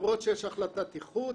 למרות שיש החלטת איחוד